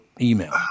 email